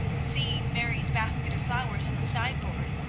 seeing mary's basket of flowers on the sideboard,